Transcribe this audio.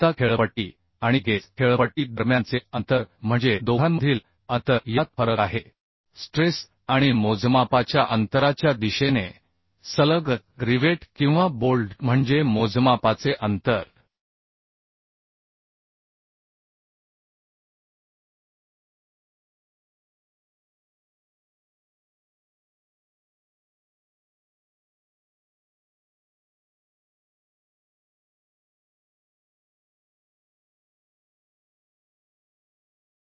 आता पीच आणि gauge pitch दरम्यानचे अंतर म्हणजे दोघांमधील अंतर यात फरक आहे स्ट्रेस् आणि मोजमापाच्या अंतराच्या दिशेने सलग रिवेट किंवा बोल्ट म्हणजे मोजमापाचे अंतर मध्य ते मध्य दरम्यानचे अंतर दोन रिवेट किंवा बोल्टच्या स्ट्रेस ला लंब आहे